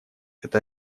это